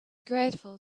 grateful